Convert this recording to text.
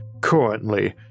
currently